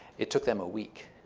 it took them a week.